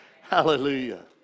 Hallelujah